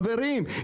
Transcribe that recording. חברים,